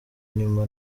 nyuma